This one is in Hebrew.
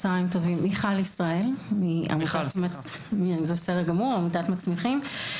מיכל ישראל, עמותת מצמיחים.